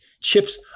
chips